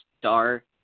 star